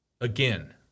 Again